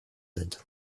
sind